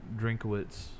Drinkowitz